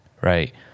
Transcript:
right